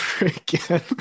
again